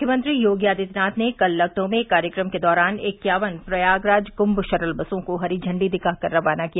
मुख्यमंत्री योगी आदित्यनाथ ने कल लखनऊ में एक कार्यक्रम के दौरान इक्यावन प्रयागराज कृंम शटल बसों को हरी झंडी दिखा कर रवाना किया